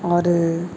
ஆறு